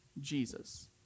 Jesus